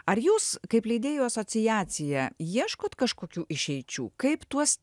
ar jūs kaip leidėjų asociacija ieškot kažkokių išeičių kaip tuos